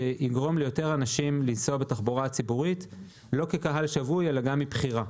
כדי שיגרום ליותר אנשים לנסוע בתחבורה ציבורית לא כקהל שבוי אלא מבחירה.